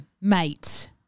mate